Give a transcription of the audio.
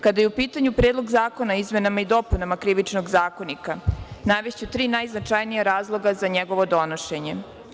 Kada je u pitanju Predlog zakona o izmenama i dopunama Krivičnog zakonika, najveća tri najznačajnija razloga za njegovo donošenje.